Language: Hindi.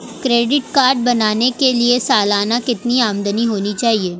क्रेडिट कार्ड बनाने के लिए सालाना कितनी आमदनी होनी चाहिए?